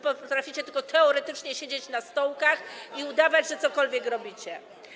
Potraficie tylko teoretycznie siedzieć na stołkach i udawać, że cokolwiek robicie.